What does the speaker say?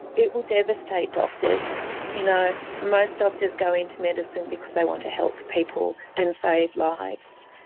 it will devastate doctors you know most doctors go into medicine because they want to help people and save lives.